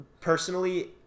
personally